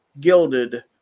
Gilded